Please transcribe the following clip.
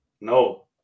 No